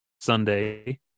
Sunday